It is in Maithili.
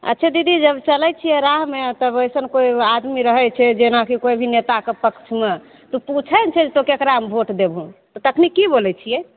अच्छा दीदी जब चलय छियै राहमे तब अइसन कोइ आदमी रहय छै जेनाकि कोइ भी नेताके पक्षमे तऽ पुछय छै तू ककरा वोट देबही तऽ तखनी की बोलय छियै